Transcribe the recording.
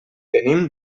venim